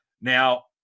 Now